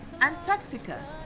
antarctica